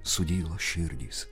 sudyla širdys